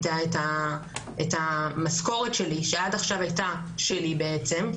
את המשכורת שלי שעד עכשיו הייתה שלי בעצם,